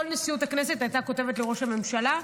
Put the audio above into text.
כל נשיאות הכנסת הייתה כותבת לראש הממשלה.